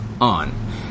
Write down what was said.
on